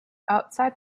outside